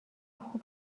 خوب